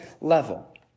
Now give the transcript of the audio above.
level